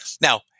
Now